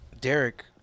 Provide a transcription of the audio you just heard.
Derek